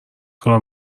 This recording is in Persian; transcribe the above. کار